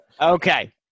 okay